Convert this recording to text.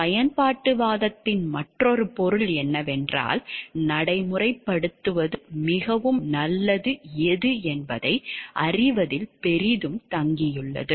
பயன்பாட்டுவாதத்தின் மற்றொரு பொருள் என்னவென்றால் நடைமுறைப்படுத்துவது மிகவும் நல்லது எது என்பதை அறிவதில் பெரிதும் தங்கியுள்ளது